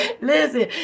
listen